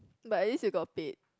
but at least we got paid